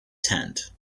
tent